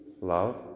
love